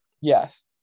Yes